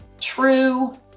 true